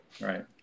Right